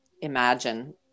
imagine